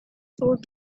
four